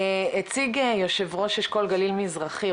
הציג יושב ראש אשכול גליל מזרחי,